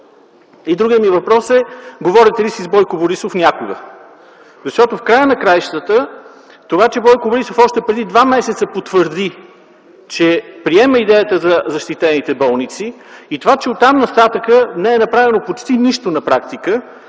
И другият ми въпрос е: Говорите ли си с Бойко Борисов някога? Защото в края на краищата това, че Бойко Борисов още преди 2 месеца потвърди, че приема идеята за защитените болници, и това, че оттам нататък не е направено почти нищо на практика,